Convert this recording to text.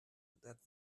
that